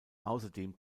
außerdem